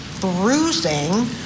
bruising